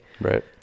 Right